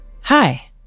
Hi